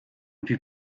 put